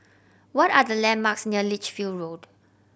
what are the landmarks near Lichfield Road